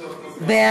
נתקבלו.